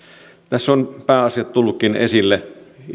tässä ovat pääasiat tulleetkin esille